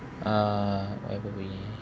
uh whatever way